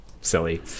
silly